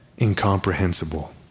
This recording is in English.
incomprehensible